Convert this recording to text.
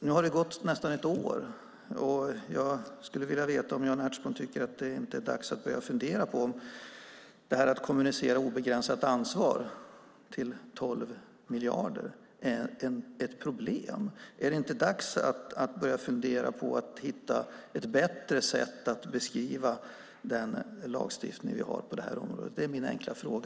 Det har nu gått nästan ett år så jag skulle vilja veta om Jan Ertsborn inte tycker att det är dags att börja fundera på om detta med att kommunicera obegränsat ansvar och de 12 miljarderna är ett problem. Är det inte dags att börja fundera på ett bättre sätt att beskriva den lagstiftning vi har på området? Det är min enkla fråga.